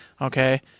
okay